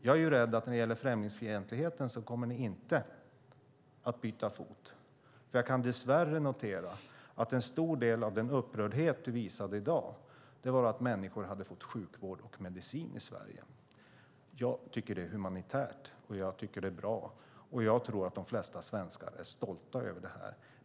Jag är rädd att ni inte kommer att byta fot när det gäller främlingsfientligheten. Jag kan dess värre notera att en stor del av den upprördhet du visade i dag gällde att människor hade fått sjukvård och medicin i Sverige. Jag tycker att det är humanitärt, och jag tycker att det är bra. Jag tror att de flesta svenskar är stolta över det.